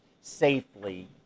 safely